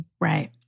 right